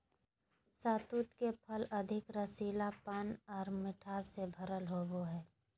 शहतूत के फल अधिक रसीलापन आर मिठास से भरल होवो हय